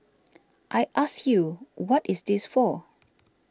I ask you what is this for